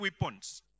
weapons